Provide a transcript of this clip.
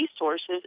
resources